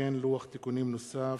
וכן לוח תיקונים נוסף,